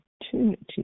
opportunity